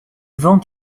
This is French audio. ventes